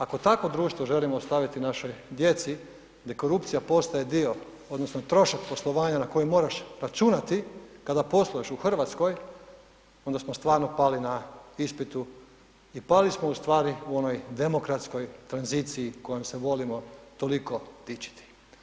Ako takvo društvo želimo ostaviti našoj djeci gdje korupcija postaje dio odnosno trošak poslovanja na koji moraš računati kada posluješ u Hrvatskoj, onda smo stvarno pali na ispitu i pali smo ustvari u onoj demokratskoj tranziciji kojom se volimo toliko dičiti.